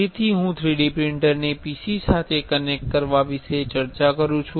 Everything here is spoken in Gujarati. તેથી હું 3D પ્રિંટરને PC સાથે કનેક્ટ કરવા વિશે ચર્ચા કરું છું